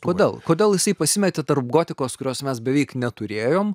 kodėl kodėl jisai pasimetė tarp gotikos kurios mes beveik neturėjom